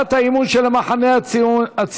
הצעת האי-אמון של המחנה הציוני.